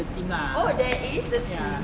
oh there is a theme